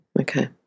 Okay